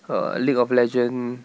err league of legend